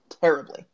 terribly